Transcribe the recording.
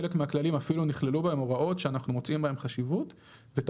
חלק מהכללים אפילו נכללו בהם הוראות שאנחנו מוצאים בהם חשיבות ואת